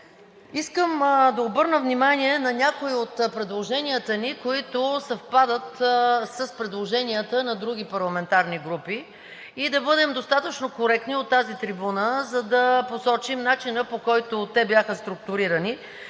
Искам да обърна внимание на някой от предложенията ни, които съвпадат с предложенията на други парламентарни групи и да бъдем достатъчно коректни от тази трибуна, за да посочим начина, по който те бяха структурирани